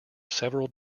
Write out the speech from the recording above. several